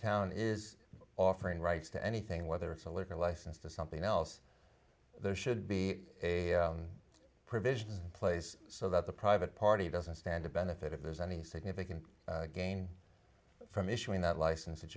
town is offering rights to anything whether it's a liquor license to something else there should be a provision place so that the private party doesn't stand to benefit if there's any significant gain from issuing that license that